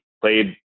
played